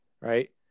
right